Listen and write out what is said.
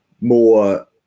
more